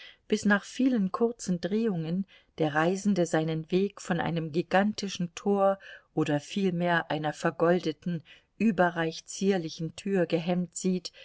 bis nach vielen kurzen drehungen der reisende seinen weg von einem gigantischen tor oder vielmehr einer vergoldeten überreich zierlichen tür gehemmt sieht